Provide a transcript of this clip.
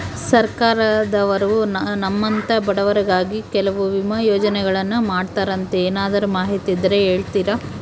ಸರ್ಕಾರದವರು ನಮ್ಮಂಥ ಬಡವರಿಗಾಗಿ ಕೆಲವು ವಿಮಾ ಯೋಜನೆಗಳನ್ನ ಮಾಡ್ತಾರಂತೆ ಏನಾದರೂ ಮಾಹಿತಿ ಇದ್ದರೆ ಹೇಳ್ತೇರಾ?